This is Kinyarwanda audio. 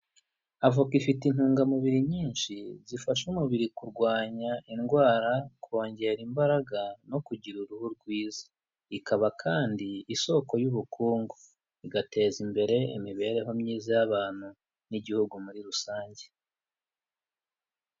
Avoka ifite intungamubiri nyinshi, zifasha umubiri kurwanya indwara, kongera imbaraga, no kugira uruhu rwiza ikaba kandi isoko y'ubukungu ,igateza imbere imibereho myiza y'abantu, n'igihugu muri rusange.